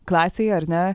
klasėje ar ne